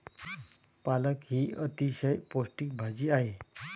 पालक ही अतिशय पौष्टिक भाजी आहे